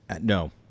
No